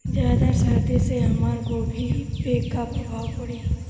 ज्यादा सर्दी से हमार गोभी पे का प्रभाव पड़ी?